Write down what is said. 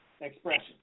expression